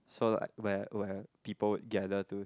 so like where where people gather to